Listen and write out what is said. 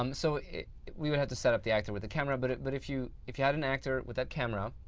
um so we would have to set up the actor with the camera, but but if you if you had an actor with that camera,